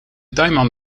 tuinman